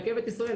רכבת ישראל,